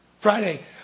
Friday